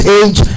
age